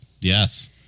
Yes